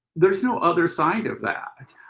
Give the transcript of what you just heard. there's no other side of that.